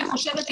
אני חושבת,